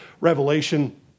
Revelation